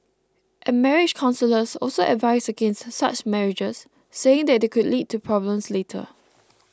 and marriage counsellors also advise against such marriages saying that it could lead to problems later